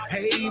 Hey